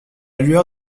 lueur